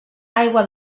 aigua